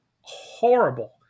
horrible